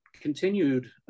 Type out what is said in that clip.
continued